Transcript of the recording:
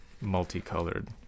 multicolored